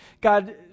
God